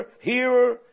hearer